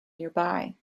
nearby